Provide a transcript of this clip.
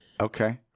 Okay